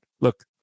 look